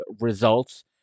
results